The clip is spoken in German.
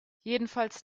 jedenfalls